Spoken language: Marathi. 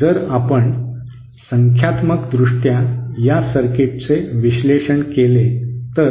जर आपण संख्यात्मकदृष्ट्या या सर्किटचे विश्लेषण केले तर